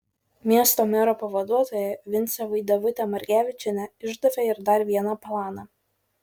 miesto mero pavaduotoja vincė vaidevutė margevičienė išdavė ir dar vieną planą